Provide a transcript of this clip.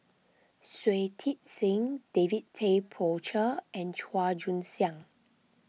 Shui Tit Sing David Tay Poey Cher and Chua Joon Siang